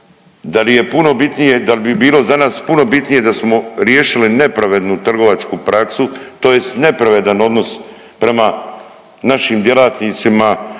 da li je puno bitnije, dal bi bilo za nas puno bitnije da smo riješili nepravednu trgovačku praksu, tj. nepravedan odnos prema našim djelatnicima